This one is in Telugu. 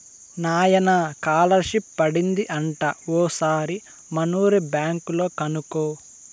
నాయనా కాలర్షిప్ పడింది అంట ఓసారి మనూరి బ్యాంక్ లో కనుకో